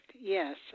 yes